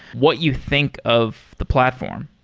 what you think of the platform.